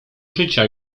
życia